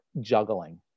juggling